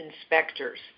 inspectors